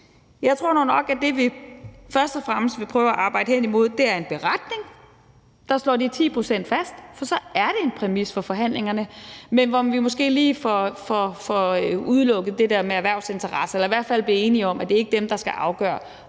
Jeg tror nu nok, at det, vi først og fremmest vil prøve at arbejde hen imod, er en beretning, der slår de 10 pct. fast, for så er det en præmis for forhandlingerne. Men om vi lige får udelukket det der med erhvervsinteresserne – eller i hvert fald bliver enige om, at det ikke er dem, der skal afgøre,